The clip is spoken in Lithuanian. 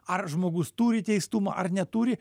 ar žmogus turi teistumą ar neturi